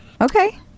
Okay